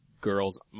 girl's